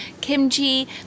kimchi